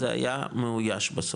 זה היה מאויש בסוף,